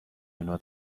اونو